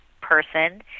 person